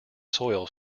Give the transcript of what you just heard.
soil